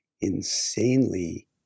insanely